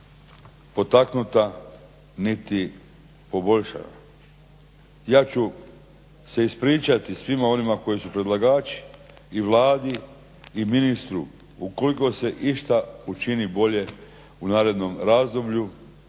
potaknuta niti poboljšana. Ja ću se ispričati svima onima koji su predlagači i Vladi i ministru ukoliko se išta učini bolje u narednom razdoblju